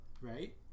Right